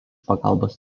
pagalbos